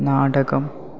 നാടകം